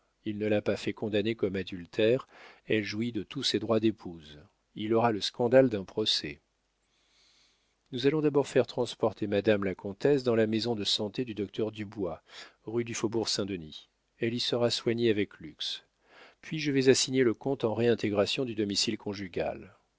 il ne l'a pas fait condamner comme adultère elle jouit de tous ses droits d'épouse il aura le scandale d'un procès nous allons d'abord faire transporter madame la comtesse dans la maison de santé du docteur dubois rue du faubourg-saint-denis elle y sera soignée avec luxe puis je vais assigner le comte en réintégration du domicile conjugal